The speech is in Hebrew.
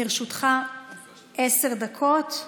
לרשותך עשר דקות שלמות.